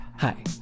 Hi